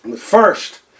First